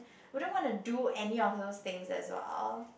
wouldn't want to do any of those things as well